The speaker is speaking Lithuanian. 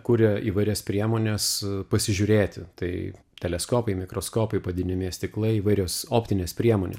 kuria įvairias priemones pasižiūrėti tai teleskopai mikroskopai padidinamieji stiklai įvairios optinės priemonės